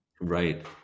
Right